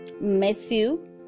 Matthew